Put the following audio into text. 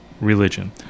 religion